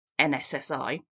NSSI